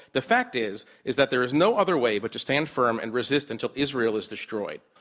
the fact is, is that there is no other way but to stand firm and resist until israel is destroyed.